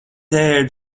aired